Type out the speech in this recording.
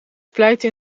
splijten